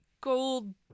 gold